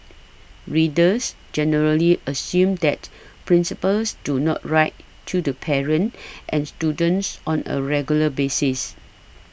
readers generally assume that principals do not write to the parents and students on a regular basis